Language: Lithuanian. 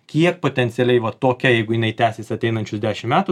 kiek potencialiai va tokia jeigu jinai tęsis ateinančius dešim metų